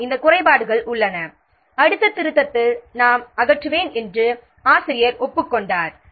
ஆம் இந்த குறைபாடுகள் உள்ளன அடுத்த திருத்தத்தில் நான் அகற்றுவேன் என்று ஆசிரியர் ஒப்புக் கொண்டார்